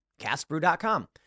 castbrew.com